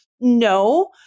No